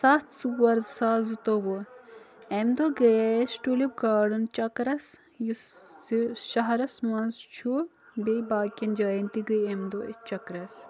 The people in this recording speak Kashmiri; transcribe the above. سَتھ ژور زٕ ساس زٕتوٚوُہ اَمہِ دۄہ گٔیے أسۍ ٹُلِپ گاڈَن چَکرَس یُس یہِ شہرَس منٛز چھُ بیٚیہِ باقیَن جایَن تہِ گٔے اَمہِ دۄہ أسۍ چَکرَس